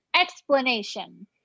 explanation